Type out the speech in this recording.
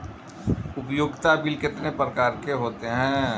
उपयोगिता बिल कितने प्रकार के होते हैं?